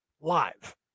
live